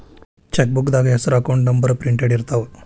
ಚೆಕ್ಬೂಕ್ದಾಗ ಹೆಸರ account number printed ಇರ್ತಾವ